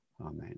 amen